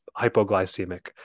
hypoglycemic